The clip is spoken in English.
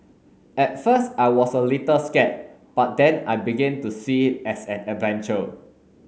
at first I was a little scared but then I began to see it as an adventure